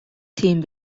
тийм